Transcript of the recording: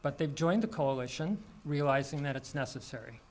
but they've joined the coalition realizing that it's necessary